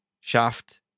shaft